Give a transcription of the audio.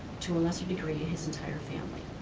to a lesser degree, his entire family.